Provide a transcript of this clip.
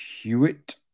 Hewitt